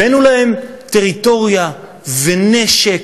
הבאנו להם טריטוריה ונשק,